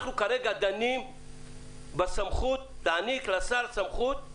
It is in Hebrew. אנחנו כרגע דנים בהענקת סמכות לשר